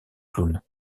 clown